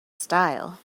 style